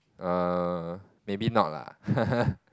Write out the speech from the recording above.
err maybe not lah